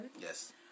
yes